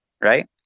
Right